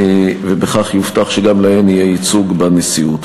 ובכך יובטח שגם להן יהיה ייצוג בנשיאות.